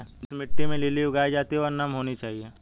जिस मिट्टी में लिली उगाई जाती है वह नम होनी चाहिए